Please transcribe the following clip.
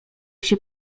się